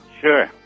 Sure